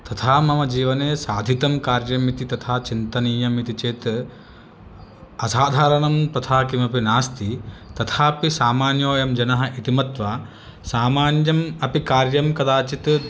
तथा मम जीवने साधितं कार्यम् इति तथा चिन्तनीयम् इति चेत् असाधरणं तथा किमपि नास्ति तथापि सामान्योयं जनः इति मत्वा सामान्यम् अपि कार्यं कदाचित्